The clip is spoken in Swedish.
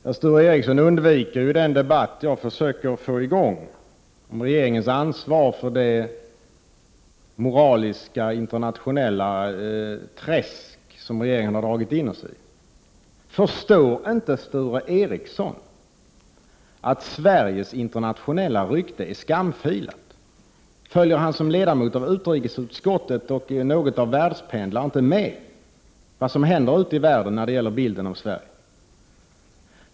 Herr talman! Sture Ericson undviker den debatt jag försöker få i gång om regeringens ansvar för det moraliska internationella träsk som regeringen har dragit in oss i. Förstår inte Sture Ericson att Sveriges internationella rykte är skamfilat? Följer inte han, som är ledamot i utrikesutskottet och något av en världspendlare, med vad som händer ute i världen när det gäller bilden av Sverige?